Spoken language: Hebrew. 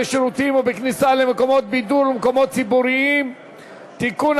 בשירותים ובכניסה למקומות בידור ולמקומות ציבוריים (תיקון,